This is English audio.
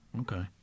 Okay